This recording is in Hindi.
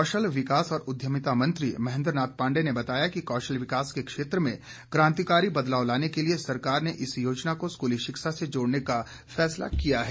कौशल विकास और उद्यमिता मंत्री महेन्द्र नाथ पाण्डे ने बताया कि कौशल विकास के क्षेत्र में क्रांतिकारी बदलाव लाने के लिए सरकार ने इस योजना को स्कूली शिक्षा से जोड़ने का फैसला किया है